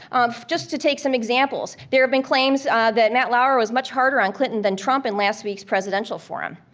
just to take some examples. there have been claims that matt lauer was much harder on clinton than trump in last week's presidential forum.